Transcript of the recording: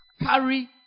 carry